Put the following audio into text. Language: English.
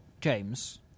James